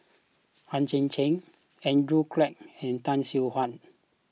Hang Chang Chieh Andrew Clarke and Tay Seow Huah